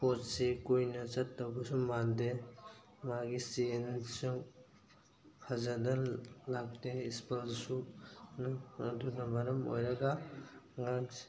ꯄꯣꯠꯁꯤ ꯀꯨꯏꯅ ꯆꯠꯇꯧꯕꯁꯨ ꯃꯥꯟꯗꯦ ꯃꯥꯒꯤ ꯆꯦꯟꯁꯨ ꯐꯖꯅ ꯂꯥꯛꯇꯦ ꯏꯁꯄꯣꯟꯁꯨ ꯑꯗꯨꯅ ꯃꯔꯝ ꯑꯣꯏꯔꯒ ꯑꯉꯥꯡꯁꯤꯡ